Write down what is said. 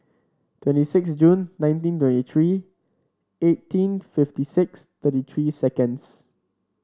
twenty six June nineteen twenty three eighteen fifty six thirty three seconds